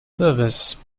service